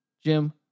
Jim